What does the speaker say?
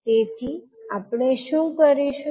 તેથી આપણે શું કરીશું